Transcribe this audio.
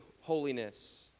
holiness